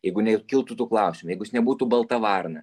jeigu nekiltų tų klausimų jeigu jis nebūtų balta varna